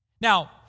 Now